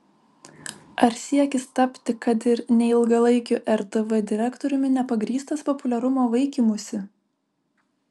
ar siekis tapti kad ir neilgalaikiu rtv direktoriumi nepagrįstas populiarumo vaikymusi